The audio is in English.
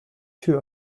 two